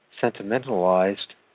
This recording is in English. sentimentalized